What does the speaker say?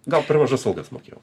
gal per mažas algas mokėjau